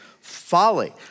folly